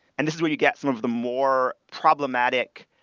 and this is what you get some of the more problematic,